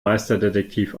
meisterdetektiv